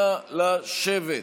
אנא, לשבת.